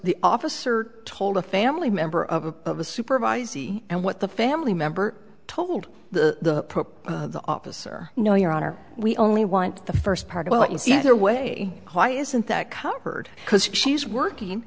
the officer told a family member of a supervisor and what the family member told the the officer no your honor we only want the first part about you see your way why isn't that covered because she's working